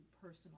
personal